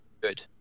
good